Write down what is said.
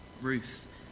Ruth